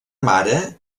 mare